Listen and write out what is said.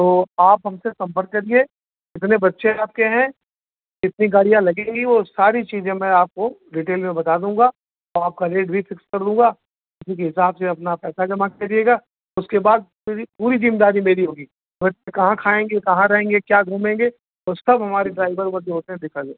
तो आप हमसे संपर्क करिए कितने बच्चे हैं आपके हैं कितनी गाड़ियाँ लगेंगी वो सारी चीज़ें मैं आपको डिटेल में बता दूँगा तो आपका रेट भी फिक्स कर दूँगा उसी के हिसाब से अपना पैसा जमा करिएगा उसके बाद पूरी पूरी ज़िम्मेदारी मेरी होगी कहाँ खाएँगे कहाँ रहेंगे क्या घूमेंगे उस कब हमारे ड्राइवर जो होते हैं दिखा जा